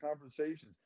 conversations